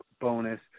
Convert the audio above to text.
bonus